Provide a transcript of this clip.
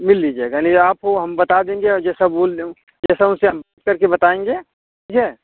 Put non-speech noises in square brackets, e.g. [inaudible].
मिल लीजिएगा यानी आपको हम बता देंगे और जैसे बोल रहें वो जैसा उसे हम [unintelligible] करके बताएँगे ठीक है